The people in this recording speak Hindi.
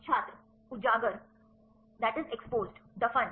छात्र उजागर दफन